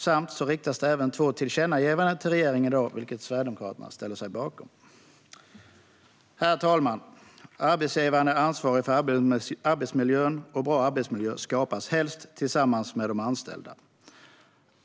Det riktas även två tillkännagivanden till regeringen i dag, vilket Sverigedemokraterna ställer sig bakom. Herr talman! Arbetsgivaren är ansvarig för arbetsmiljön, och bra arbetsmiljö skapas helst tillsammans med de anställda.